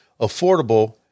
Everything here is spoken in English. affordable